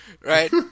Right